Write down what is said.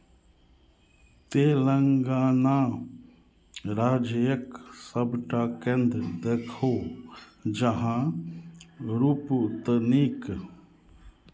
तेलंगाना राज्यक सभटा केन्द्र देखू जहाँ स्पूतनिक